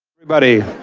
everybody,